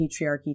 patriarchy